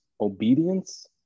obedience